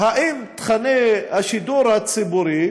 האם תוכני השידור הציבורי